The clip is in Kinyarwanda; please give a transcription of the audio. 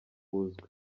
buzwi